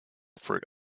fruit